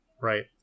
right